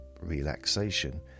relaxation